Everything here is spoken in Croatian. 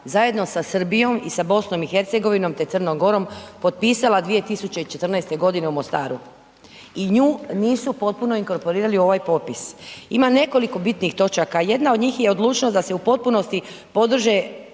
zajedno sa Srbijom i sa BiH, te Crnom Gorom potpisala 2014.g. u Mostaru. I nju nisu potpuno inkorporirali u ovaj popis. Ima nekoliko bitnih točaka, jedan od njih je odlučnost da se u potpunosti podrže